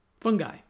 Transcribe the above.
fungi